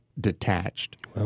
detached